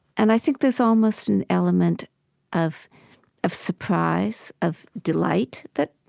and i think there's almost an element of of surprise, of delight, that,